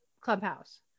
Clubhouse